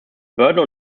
burden